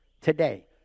today